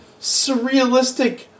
surrealistic